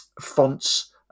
fonts